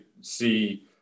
see